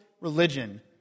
religion